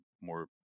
more